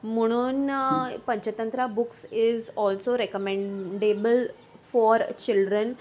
म्हुणून Panchatantra books is also recommendable for children